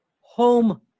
home